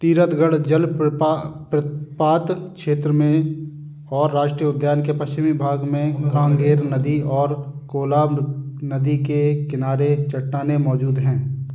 तीरथगढ़ जल प्रपा प्रपात क्षेत्र में और राष्ट्रीय उद्यान के पश्चिमी भाग में कांगेर नदी और कोलाब नदी के किनारे चट्टानें मौजूद हैं